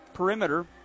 perimeter